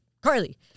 Carly